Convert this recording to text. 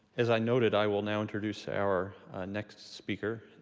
as i noted, i will now introduce our next speaker,